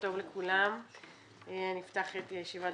שלום לכולם, אני פותחת את הישיבה.